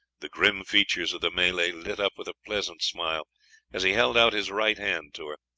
the grim features of the malay lit up with a pleasant smile as he held out his right hand to her.